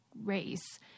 race